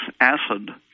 acid